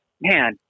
man